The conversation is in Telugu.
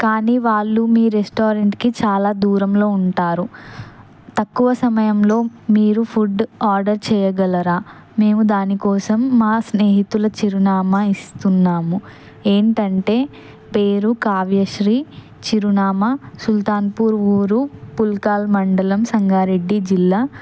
కానీ వాళ్ళు మీ రెస్టారెంట్కి చాలా దూరంలో ఉంటారు తక్కువ సమయంలో మీరు ఫుడ్ ఆర్డర్ చేయగలరా మేము దానికోసం మా స్నేహితుల చిరునామా ఇస్తున్నాము ఏమిటి అంటే పేరు కావ్యశ్రీ చిరునామా సుల్తాన్పూర్ ఊరు పుల్కాల్ మండలం సంగారెడ్డి జిల్లా